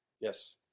yes